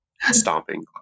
stomping